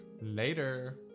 later